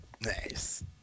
nice